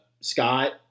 Scott